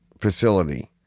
facility